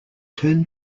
turn